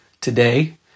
today